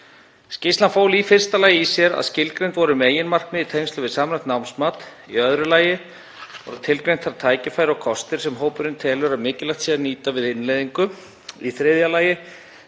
Skýrslan fól í fyrsta lagi í sér að skilgreind voru meginmarkmið í tengslum við samræmt námsmat. Í öðru lagi voru tilgreind þau tækifæri og kostir sem hópurinn telur að mikilvægt sé að nýta við innleiðingu. Í þriðja lagi